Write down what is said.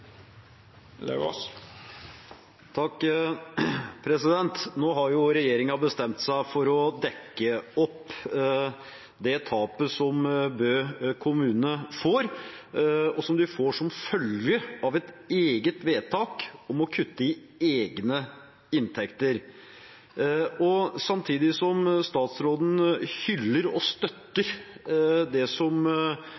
å dekke opp det tapet som Bø kommune får, og som de får som følge av et eget vedtak om å kutte i egne inntekter. Samtidig som statsråden hyller og